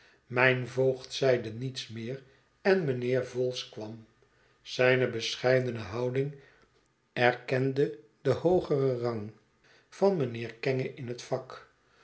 mijn voogd zeide niets meer en mijnheer vholes kwam zijne bescheidene houding erkende den hoogeren rang van mijnheer kenge in het vak